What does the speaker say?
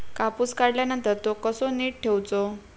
कापूस काढल्यानंतर तो कसो नीट ठेवूचो?